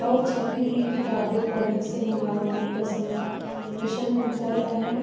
और छपी हुई किताबें पढ़ने से हमारा मनपसंद प्रसन्न हो जाता है